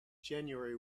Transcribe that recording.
january